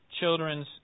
children's